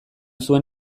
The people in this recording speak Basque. zuen